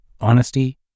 honesty